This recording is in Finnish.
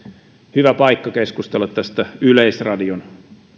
hyvä paikka keskustella yleisradion